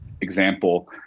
example